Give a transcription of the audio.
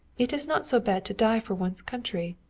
it is not so bad to die for one's country.